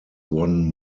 won